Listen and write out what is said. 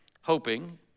hoping